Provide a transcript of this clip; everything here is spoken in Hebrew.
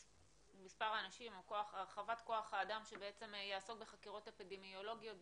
או מספר האנשים שיעסוק בחקירות אפידמיולוגיות,